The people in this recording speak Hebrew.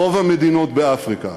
רוב המדינות באפריקה,